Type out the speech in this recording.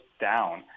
down